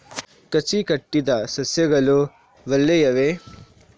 ಕಸಿ ಕಟ್ಟಿದ ಸಸ್ಯಗಳು ಒಳ್ಳೆಯವೇ?